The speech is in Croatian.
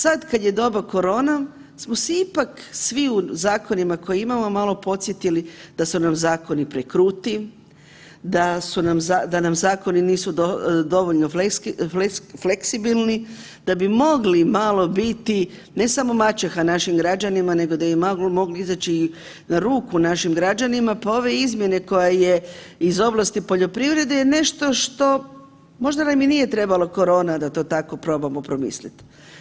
Sad kad je doba koronom smo se ipak svi u zakonima koje imamo malo podsjetili da su nam zakoni prekruti, da nam zakoni nisu dovoljno fleksibilni, da bi mogli malo biti ne samo maćeha našim građanima nego da bi im mogli izaći i na ruku našim građanima, pa ove izmjene koja je iz oblasti poljoprivrede je nešto što možda nam i nije trebala korona da to tako probamo promislit.